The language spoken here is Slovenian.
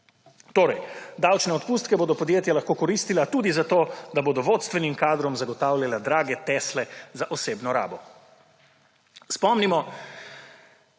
Torej, davčne odpustke bodo podjetja lahko koristila tudi za to, da bodo vodstvenim kadrom zagotavljala drage tesle za osebno rabo.